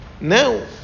now